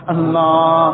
Allah